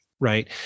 Right